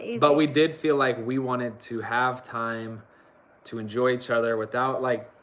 but we did feel like we wanted to have time to enjoy each other without, like.